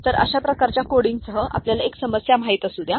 तर अशा प्रकारच्या कोडिंगसह आपल्याला एक समस्या माहित असू द्या